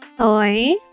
Oi